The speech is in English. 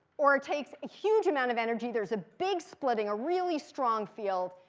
or takes a huge amount of energy. there's a big splitting, a really strong field.